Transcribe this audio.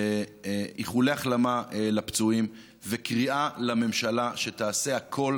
איחולי החלמה לפצועים וקריאה לממשלה שתעשה הכול